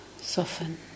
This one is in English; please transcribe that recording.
soften